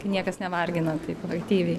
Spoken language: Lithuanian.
niekas nevargina taip proaktyviai